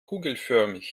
kugelförmig